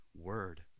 word